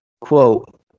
quote